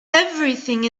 everything